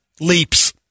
Leaps